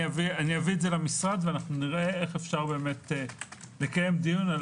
אני אביא את זה למשרד ונראה איך אפשר לקיים דיון על